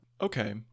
Okay